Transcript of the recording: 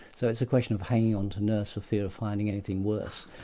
so it's a question of hanging on to nurse for fear of finding anything worse,